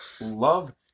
love